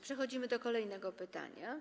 Przechodzimy do kolejnego pytania.